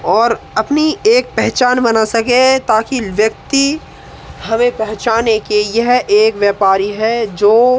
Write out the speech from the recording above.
और अपनी एक पहचान बना सकें ताकि लोग व्यक्ति हमें पहचाने कि यह एक व्यापारी है जो